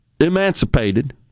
emancipated